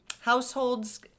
households